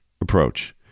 approach